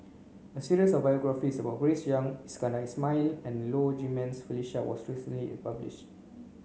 a series of biographies about Grace Young Iskandar Ismail and Low Jimenez Felicia was recently published